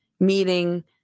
Meeting